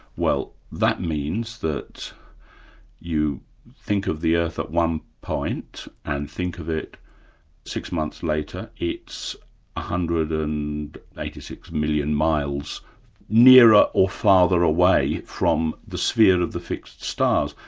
well that means that you think of the earth at one point and think of it six months later, it's one hundred and eighty six million miles nearer or farther away from the sphere of the fixed stars,